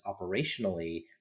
operationally